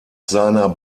seiner